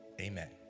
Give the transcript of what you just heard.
Amen